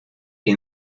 que